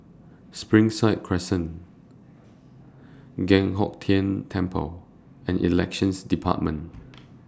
Springside Crescent Giok Hong Tian Temple and Elections department